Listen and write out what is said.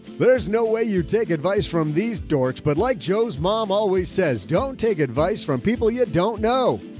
there's no way you take advice from these dorks, but like joe's mom always says, don't take advice from people you don't know.